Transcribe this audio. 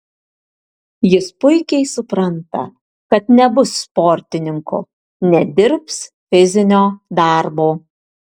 jis puikiai supranta kad nebus sportininku nedirbs fizinio darbo